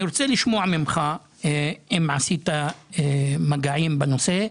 אני רוצה לשמוע ממך אם עשית מגעים בנושא.